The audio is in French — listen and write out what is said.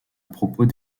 propos